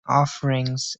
offerings